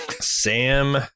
Sam